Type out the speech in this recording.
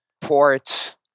ports